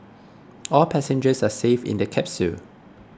all passengers are safe in the capsule